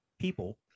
people